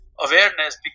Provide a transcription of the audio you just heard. awareness